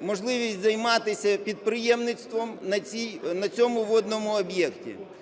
можливість займатися підприємництвом на цьому водному об'єкті.